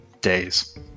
days